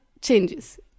changes